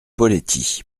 poletti